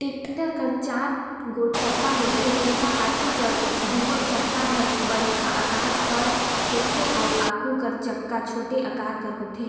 tractor कर चाएर गोट चक्का होथे, जेम्हा पाछू कर दुगोट चक्का हर बड़खा अकार कर होथे अउ आघु कर चक्का छोटे अकार कर होथे